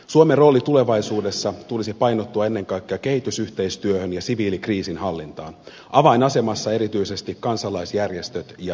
suomen roolin tulevaisuudessa tulisi painottua ennen kaikkea kehitysyhteistyöhön ja siviilikriisinhallintaan avainasemassa erityisesti kansalaisjärjestöt ja demokratiakasvatus